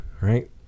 right